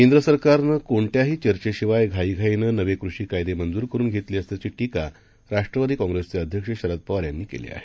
केंद्रसरकारनंकोणत्याहीचर्चेशिवायघाईघाईनंनवेकृषीकायदेमंजूरकरूनधेतलेअसल्याचीटीकाराष्ट्रवादीकाँप्रिसचेअध्यक्षशरदपवार यांनीकेलाआहे